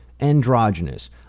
androgynous